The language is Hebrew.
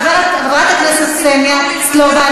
חברת הכנסת קסניה סבטלובה,